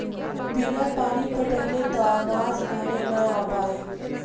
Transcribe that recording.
बिना पानी पटाइले त अनाज घरे ना आ पाई